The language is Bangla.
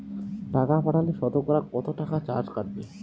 টাকা পাঠালে সতকরা কত টাকা চার্জ কাটবে?